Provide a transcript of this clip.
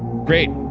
great.